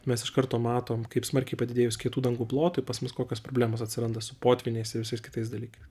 mes iš karto matom kaip smarkiai padidėjus kitų dangų plotui pas mus kokios problemos atsiranda su potvyniais ir visais kitais dalykais